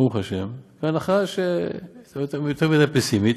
ברוך ה' כהנחה יותר מדי פסימית,